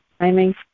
timing